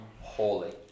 holy